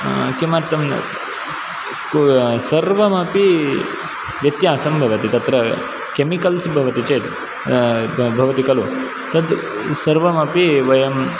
किमर्थं कु सर्वमपि व्यत्यासं भवति तत्र केमिकल्स् भवति चेत् ब् भवति खलु तद् सर्वमपि वयं